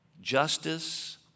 justice